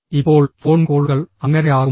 ഇപ്പോൾ ഫോൺ കോളുകൾ അങ്ങനെയാകുമോ